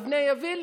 מבנה יביל,